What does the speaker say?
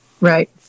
right